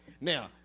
Now